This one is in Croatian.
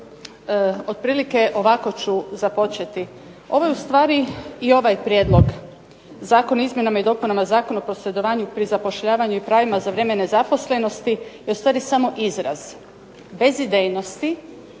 otprilike ovako ću započeti. Ovo je ustvari i ovaj prijedlog Zakon o izmjenama i dopunama Zakona o posredovanju pri zapošljavanju i pravima za vrijeme nezaposlenosti je ustvari samo izraz bez idejnosti